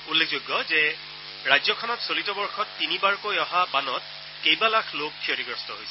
উল্লেখযোগ্য যে ৰাজ্যখনত চলিত বৰ্ষত তিনিবাৰকৈ অহা বানত কেইবালাখ লোক ক্ষতিগ্ৰস্ত হৈছে